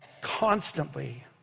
constantly